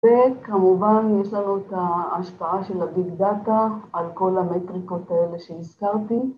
‫וכמובן יש לנו את ההשפעה של ‫הביג דאטה על כל המטריקות האלה שהזכרתי.